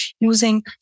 using